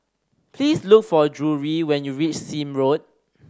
please look for Drury when you reach Sime Road